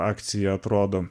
akcija atrodo